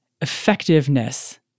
effectiveness